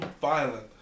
violent